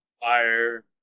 Fire